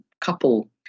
couple